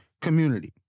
community